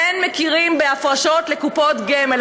כן מכירים בהפרשות לקופות גמל.